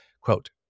Quote